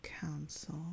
Council